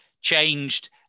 changed